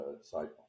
cycle